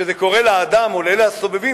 וכשזה קורה לאדם או לאלה הסובבים,